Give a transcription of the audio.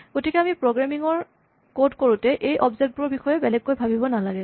গতিকে আমি প্ৰগ্ৰেমিং ৰ কড কৰোতে এই অবজেক্ট বোৰৰ বিষয়ে বেলেগকৈ ভাৱিব নালাগে